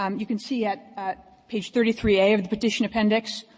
um you can see at at page thirty three a of the petition appendix,